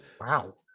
wow